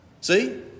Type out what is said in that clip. See